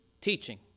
Teaching